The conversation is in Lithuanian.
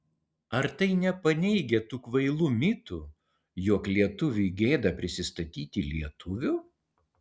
ar tai nepaneigia tų kvailų mitų jog lietuviui gėda prisistatyti lietuviu